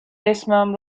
اسمم